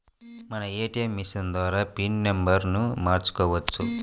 మనం ATM machine ద్వారా pin నెంబర్ను మార్చుకోవచ్చు